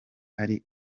ari